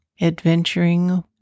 adventuring